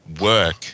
work